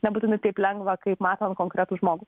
nebūtinai taip lengva kai matom konkretų žmogų